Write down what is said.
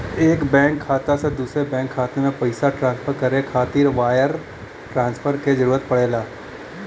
एक बैंक खाता से दूसरे बैंक खाता में पइसा ट्रांसफर करे खातिर वायर ट्रांसफर क जरूरत पड़ेला